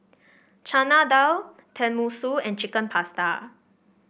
Chana Dal Tenmusu and Chicken Pasta